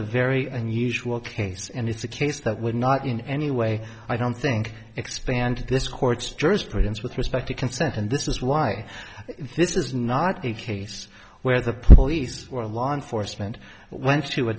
a very unusual case and it's a case that would not in any way i don't think expand this court's jurgens with respect to consent and this is why this is not a case where the police or law enforcement went to